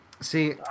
See